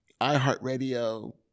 iHeartRadio